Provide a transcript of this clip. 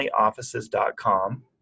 familyoffices.com